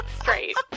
straight